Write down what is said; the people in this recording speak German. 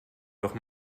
doch